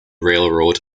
railroad